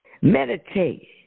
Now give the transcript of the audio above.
Meditate